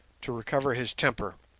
to recover his temper,